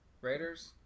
Raiders